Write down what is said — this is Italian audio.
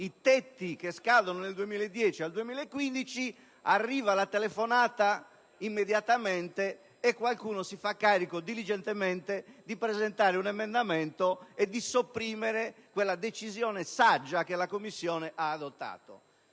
i tetti che scadono dal 2010 al 2015, arriva immediatamente una telefonata e qualcuno si fa carico, diligentemente, di presentare un emendamento e di sopprimere quella decisione saggia che la Commissione ha adottato.